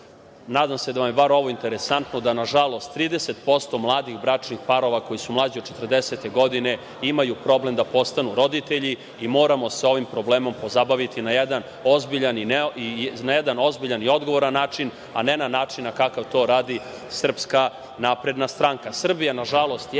se da vam je bar ovo interesantno, da nažalost 30% mladih bračnih parova koji su mlađi od 40 godina imaju problem da postanu roditelji i moramo se ovim problemom pozabaviti na jedan ozbiljan i odgovoran način, a ne na način na kakav to radi SNS.Srbija,